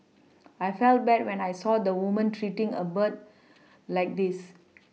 I felt bad when I saw the woman treating a bird like this